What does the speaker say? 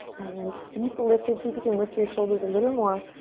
and then keep lifted. see if you can lift your shoulders a little more.